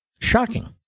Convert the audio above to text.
Shocking